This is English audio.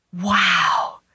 wow